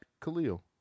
Khalil